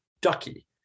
ducky